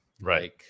right